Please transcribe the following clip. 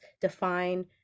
define